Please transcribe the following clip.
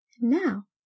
Now